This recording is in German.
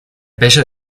becher